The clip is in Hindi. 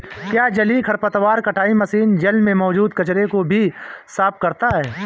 क्या जलीय खरपतवार कटाई मशीन जल में मौजूद कचरे को भी साफ करता है?